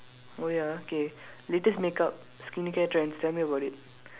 oh ya okay latest make up skincare trends tell me about it